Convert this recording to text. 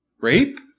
rape